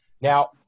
Now